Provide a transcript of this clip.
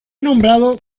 nombrado